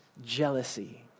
jealousy